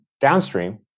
downstream